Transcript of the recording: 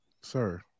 Sir